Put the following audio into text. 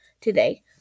today